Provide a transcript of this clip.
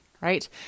right